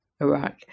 Iraq